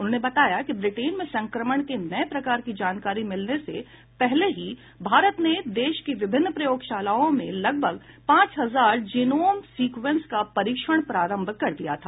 उन्होंने बताया कि ब्रिटेन में संक्रमण के नए प्रकार की जानकारी मिलने से पहले ही भारत ने देश की विभिन्न प्रयोगशालाओं में लगभग पांच हजार जेनोम सीक्वेंस का परीक्षण प्रारंभ कर दिया था